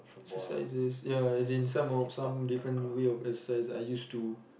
exercises yeah as in some of some different way of exercise I use to